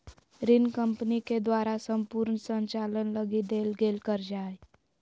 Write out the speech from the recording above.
ऋण कम्पनी के द्वारा सम्पूर्ण संचालन लगी देल गेल कर्जा हइ